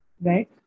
Right